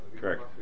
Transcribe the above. Correct